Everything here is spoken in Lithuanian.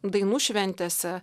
dainų šventėse